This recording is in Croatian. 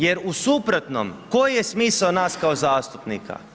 Jer u suprotnom, koji je smisao nas kao zastupnika?